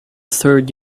third